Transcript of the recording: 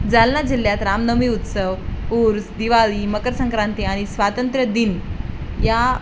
जालना जिल्ह्यात रामनवमी उत्सव उरूस दिवाळी मकरसंक्रांती आणि स्वातंत्र्य दिन या